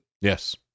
Yes